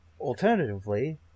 alternatively